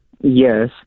Yes